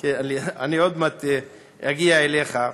אני עוד מעט אגיע אליך.